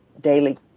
daily